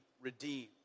redeemed